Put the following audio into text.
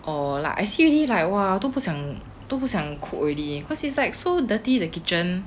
oh like I see he like !wah! 都不想 cook already cause it's like so dirty the kitchen